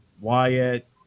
Wyatt